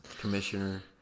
commissioner